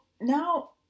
now